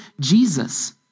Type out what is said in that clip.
Jesus